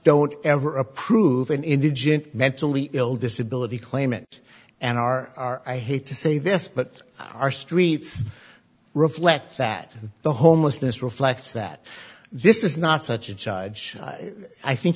don't ever approve an indigent mentally ill disability claimant and are i hate to say this but our streets reflect that the homelessness reflects that this is not such a judge i think